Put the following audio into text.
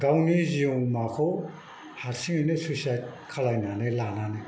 गावनि जिउमाखौ हारसिङैनो सुइसाइद खालामनानै लानानै